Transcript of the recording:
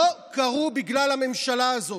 לא קרו בגלל הממשלה הזאת,